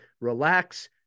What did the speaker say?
relax